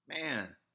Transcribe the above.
Man